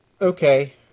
okay